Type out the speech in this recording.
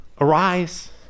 arise